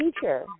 teacher